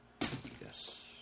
Yes